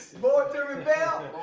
born to rebel.